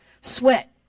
sweat